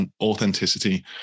authenticity